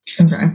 Okay